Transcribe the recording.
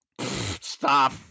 Stop